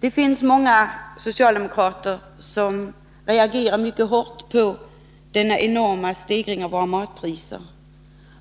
Det finns många socialdemokrater som reagerar mycket hårt mot denna enorma stegring av våra matpriser.